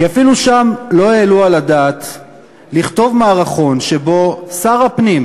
כי אפילו שם לא העלו על הדעת לכתוב מערכון שבו שר הפנים